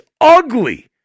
ugly